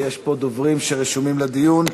יש פה דוברים שרשומים לדיון.